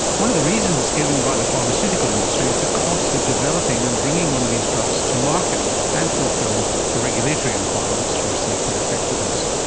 one of the reasons given by the pharmaceutical industry is the cost of developing and bringing one of these drugs to market and fulfilling the regulatory requirements for safety and effectiveness.